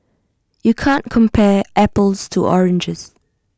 you can't compare apples to oranges